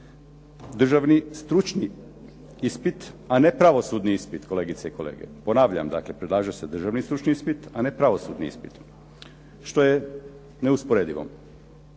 državni stručni ispit, a ne pravosudni ispit što je neusporedivo.